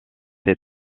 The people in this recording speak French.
ces